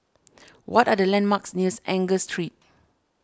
what are the landmarks near Angus Street